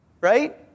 Right